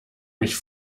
mich